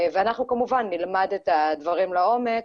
ואנחנו כמובן נלמד את הדברים לעומק,